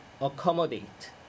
Accommodate